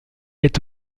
est